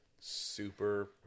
super